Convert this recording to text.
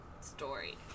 story